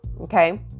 Okay